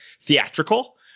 theatrical